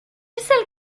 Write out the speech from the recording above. celle